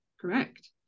correct